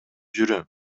жүрөм